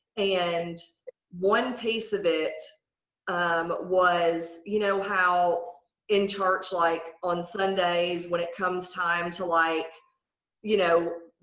and one piece of it um was you know how in church like on sundays when it comes time to like you know